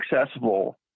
accessible